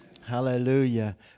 Hallelujah